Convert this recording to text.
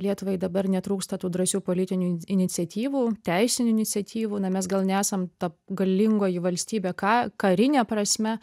lietuvai dabar netrūksta tų drąsių politinių iniciatyvų teisinių iniciatyvų na mes gal nesam ta galingoji valstybė ka karine prasme